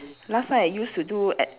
last time I used to do at